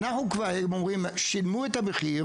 הם אומרים ששילמו את המחיר